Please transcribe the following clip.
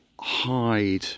hide